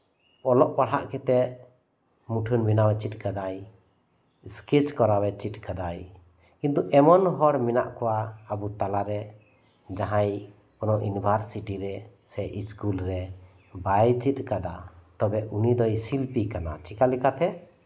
ᱚᱞᱚᱜ ᱯᱟᱲᱦᱟᱣ ᱠᱟᱛᱮᱜ ᱢᱩᱴᱷᱟᱹᱱ ᱵᱮᱱᱟᱣ ᱮ ᱪᱮᱫ ᱠᱟᱫᱟ ᱢᱩᱴᱷᱟᱹᱱ ᱵᱮᱱᱟᱣ ᱪᱮᱫ ᱠᱟᱫᱟᱭ ᱠᱤᱱᱛᱩ ᱮᱢᱚᱱ ᱦᱚᱲ ᱢᱮᱱᱟᱜ ᱠᱚᱣᱟ ᱟᱵᱚ ᱛᱟᱞᱟᱨᱮ ᱡᱟᱦᱟᱸᱭ ᱠᱳᱱᱳ ᱭᱩᱱᱤᱵᱷᱟᱨᱥᱤᱴᱤ ᱨᱮ ᱥᱮ ᱤᱥᱠᱩᱞ ᱨᱮ ᱵᱟᱭ ᱪᱮᱫ ᱠᱟᱫᱟ ᱢᱮᱱᱠᱷᱟᱱ ᱩᱱᱤ ᱫᱚᱭ ᱥᱤᱞᱯᱤ ᱠᱟᱱᱟ ᱪᱤᱠᱟ ᱞᱮᱠᱟᱛᱮ